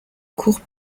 court